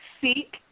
seek